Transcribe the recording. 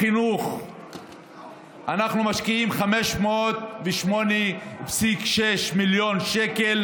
בחינוך אנחנו משקיעים 508.6 מיליון שקל